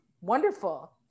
wonderful